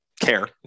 care